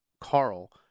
Carl